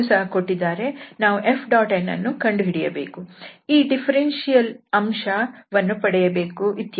ನಾವು Fn ಅನ್ನು ಕಂಡುಹಿಡಿಯಬೇಕು ಈ ಡಿಫರೆನ್ಷಿಯಲ್ ಅಂಶ ವನ್ನು ಪಡೆಯಬೇಕು ಇತ್ಯಾದಿ